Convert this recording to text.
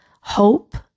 hope